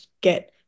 get